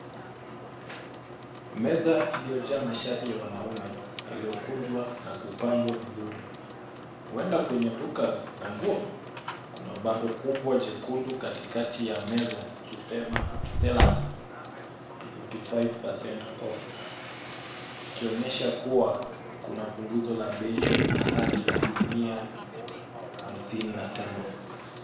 Meza iliyojaa mashati ya wanaume yaliyokunjwa na kupangwa vizuri, huenda kwenye duka la nguo. Kuna bango kubwa jekundu katikati ya meza ikisema sell up to 55% off ikionyesha kuwa kuna punguzo la bei hadi asilimia hamsini na tano.